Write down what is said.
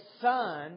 son